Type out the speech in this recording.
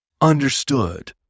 Understood